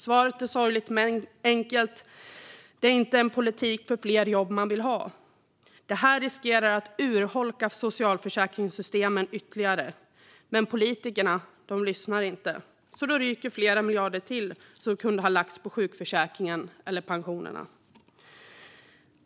Svaret är sorgligt men enkelt: Det är inte en politik för fler jobb man vill ha. Det här riskerar att urholka socialförsäkringssystemen ytterligare, men politikerna lyssnar inte. Då ryker flera miljarder till som kunde ha lagts på sjukförsäkringen eller pensionerna.